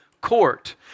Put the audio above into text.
court